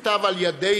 נכתב על ידינו,